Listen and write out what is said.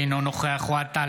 אינו נוכח אוהד טל,